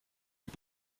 est